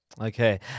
Okay